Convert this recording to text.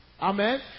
Amen